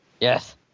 Yes